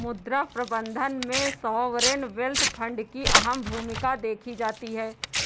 मुद्रा प्रबन्धन में सॉवरेन वेल्थ फंड की अहम भूमिका देखी जाती है